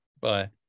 Bye